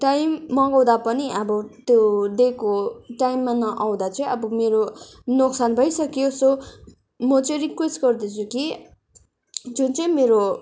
time मगाउँदा पनि अब त्यो दिएको टाइममा नआउँदा चाहिँ अब मेरो नोक्सान भइसक्यो सो म चाहिँ रिक्वेस्ट गर्दैछु कि जो चाहिँ मेरो